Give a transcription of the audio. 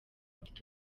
mfite